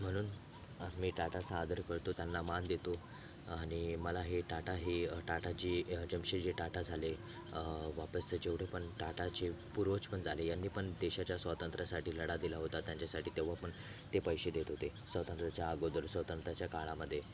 म्हणून मी टाटाचा आदर करतो त्यांना मान देतो आणि मला हे टाटा हे टाटाची जमशेदजी टाटा झाले वापस जेवढे पण टाटाचे पूर्वज पण झाले यांनी पण देशाच्या स्वातंत्र्यासाठी लढा दिला होता त्यांच्यासाठी तेव्हा पण ते पैसे देत होते स्वातंत्र्याच्या अगोदर स्वातंत्र्याच्या काळामध्ये